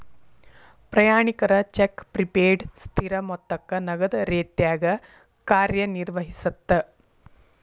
ಪ್ರಯಾಣಿಕರ check prepaid ಸ್ಥಿರ ಮೊತ್ತಕ್ಕ ನಗದ ರೇತ್ಯಾಗ ಕಾರ್ಯನಿರ್ವಹಿಸತ್ತ